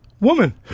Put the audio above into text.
woman